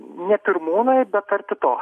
ne pirmūnai bet arti to